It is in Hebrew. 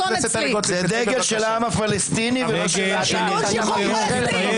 חברת הכנסת טלי גוטליב, אני קורא אותך לסדר.